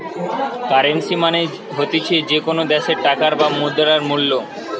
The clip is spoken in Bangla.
কারেন্সী মানে হতিছে যে কোনো দ্যাশের টাকার বা মুদ্রার মূল্য